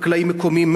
חקלאי מקומי,